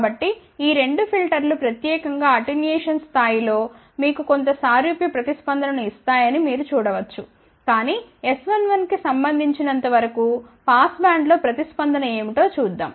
కాబట్టి ఈ రెండు ఫిల్టర్లు ప్రత్యేకంగా అటెన్యుయేషన్ స్థాయి లో మీకు కొంత సారూప్య ప్రతిస్పందన ను ఇస్తాయని మీరు చూడ వచ్చు కాని S11 కి సంబంధించినంతవరకు పాస్బ్యాండ్లో ప్రతిస్పందన ఏమిటో చూద్దాం